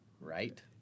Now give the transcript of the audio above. Right